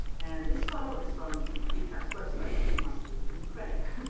and this photo is from vcaps website, must give them credit.